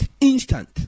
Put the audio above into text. instant